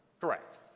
Correct